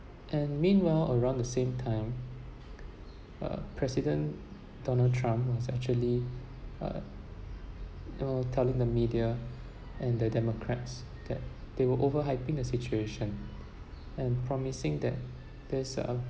and meanwhile around the same time uh president donald trump was actually uh you know telling the media and the democrats that they were overhyping the situation and promising that there's a